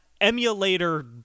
emulator